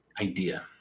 idea